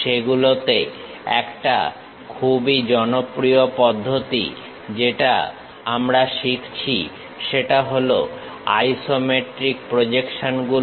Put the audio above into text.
সেগুলোতে একটা খুবই জনপ্রিয় পদ্ধতি যেটা আমরা শিখছি সেটা হল আইসোমেট্রিক প্রজেকশনগুলো